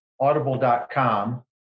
audible.com